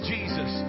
Jesus